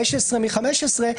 15 מ-15,